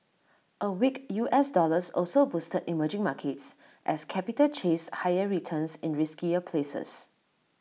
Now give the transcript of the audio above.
A weak U S dollar also boosted emerging markets as capital chased higher returns in riskier places